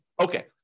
Okay